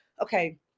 okay